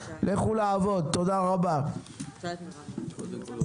לא, את זה סגרנו.